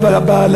היה בא ללקיה,